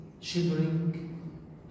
shivering